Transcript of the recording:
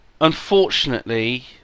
unfortunately